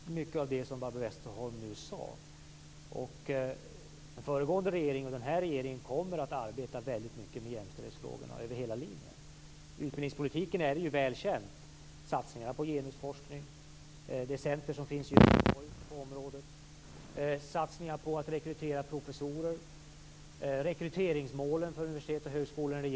Fru talman! Jag delar uppfattningen i mycket av det Barbro Westerholm har sagt. Föregående regeringen har arbetat mycket och den nuvarande regeringen kommer att arbeta mycket med jämställdhetsfrågorna över hela linjen. Utbildningspolitiken är väl känd, dvs. satsningar på genusforskning, satsningar på att rekrytera professorer, rekryteringsmål för universitet och högskolor.